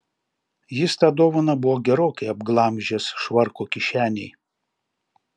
jis tą dovaną buvo gerokai apglamžęs švarko kišenėj